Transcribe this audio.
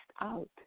out